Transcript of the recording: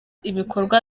ibikorwa